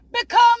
become